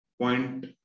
point